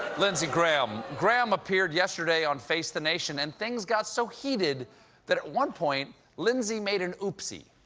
lindsey graham. graham appeared yesterday on face the nation and things got so heated that at one point lindsey made an oopsy.